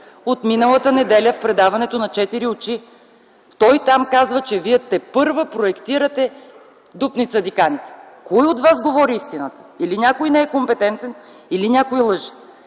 от миналата неделя в предаването „На четири очи”. Там той казва, че вие тепърва проектирате Дупница-Диканите. Кой от вас говори истината? Или някой не е компетентен, или някой лъже.